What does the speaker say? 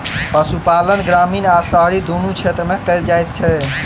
पशुपालन ग्रामीण आ शहरी दुनू क्षेत्र मे कयल जाइत छै